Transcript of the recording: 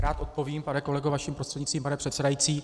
Rád odpovím, pane kolego, vaším prostřednictvím, pane předsedající.